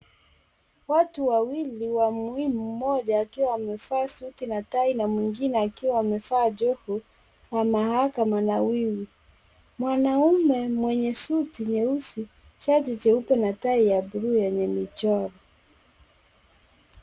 Watu wawili wa muhimu . Mmoja akiwa amevaa suti na tai na mwingine akiwa amevaa joho la mahakama nawiri. Mwanamume mwenye suti nyeusi, shati jeupe na tai ya bluu yenye michoro.